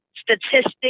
statistics